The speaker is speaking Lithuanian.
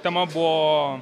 tema buvo